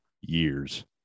years